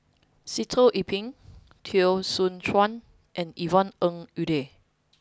Sitoh Yih Pin Teo Soon Chuan and Yvonne Ng Uhde